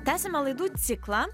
tęsiame laidų ciklą